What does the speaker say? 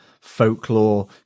Folklore